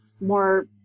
more